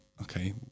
okay